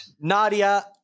Nadia